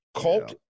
cult